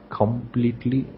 completely